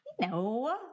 No